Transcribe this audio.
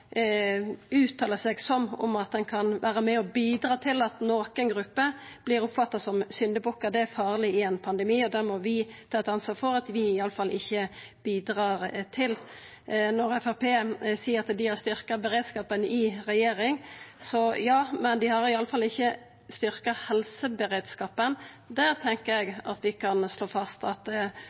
seg sånn at ein kan vera med og bidra til at nokre grupper vert oppfatta som syndebukkar. Det er farleg i ein pandemi, og det må vi ta eit ansvar for at vi iallfall ikkje bidrar til. Framstegspartiet seier at dei har styrkt beredskapen i regjering – ja, men dei har iallfall ikkje styrkt helseberedskapen. Det tenkjer eg vi kan slå fast; at